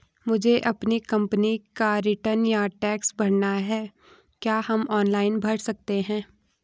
मुझे अपनी कंपनी का रिटर्न या टैक्स भरना है क्या हम ऑनलाइन भर सकते हैं?